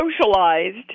socialized